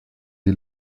die